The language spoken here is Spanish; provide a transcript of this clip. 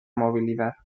movilidad